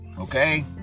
okay